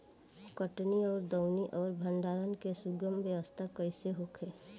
कटनी और दौनी और भंडारण के सुगम व्यवस्था कईसे होखे?